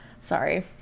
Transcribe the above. Sorry